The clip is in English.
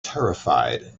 terrified